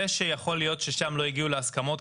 זה שיכול להיות ששם לא הגיעו להסכמות,